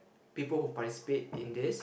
people who participate in this